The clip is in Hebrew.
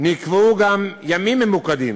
נקבעו ימים ממוקדים,